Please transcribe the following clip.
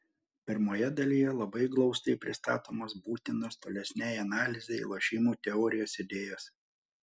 pirmoje dalyje labai glaustai pristatomos būtinos tolesnei analizei lošimų teorijos idėjos